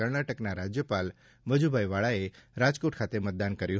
કર્ણાટકના રાજયપાલ વજુભાઇ વાળાએ રાજકોટ ખાતે મતદાન કર્યું